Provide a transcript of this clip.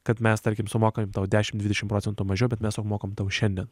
kad mes tarkim sumokam tau dešimt dvidešimt procentų mažiau bet mes tau mokam tau šiandien